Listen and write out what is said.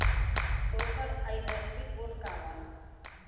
ओकर IFSC code का बा?